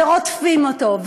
ורודפים אותו,